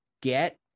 get